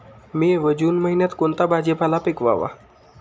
मे व जून महिन्यात कोणता भाजीपाला पिकवावा?